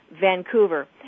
Vancouver